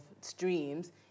streams